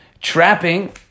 Trapping